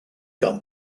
gun